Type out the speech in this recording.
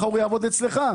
מחר הוא יעבוד אצלך.